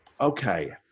okay